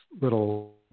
little